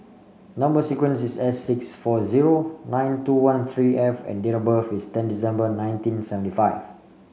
number sequence is S six four zero nine two one three F and date of birth is ten December nineteen seventy five